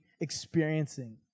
experiencing